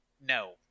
no